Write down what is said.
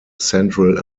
central